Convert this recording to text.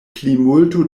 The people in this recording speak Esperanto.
plimulto